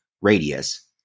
radius